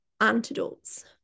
antidotes